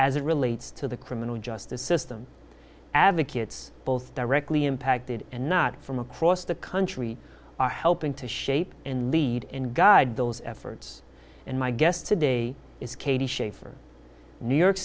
as it relates to the criminal justice system advocates both directly impacted and not from across the country are helping to shape and lead and guide those efforts and my guest today is katie schaefer new york